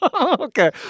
Okay